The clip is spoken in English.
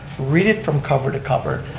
read it from cover to cover,